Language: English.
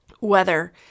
weather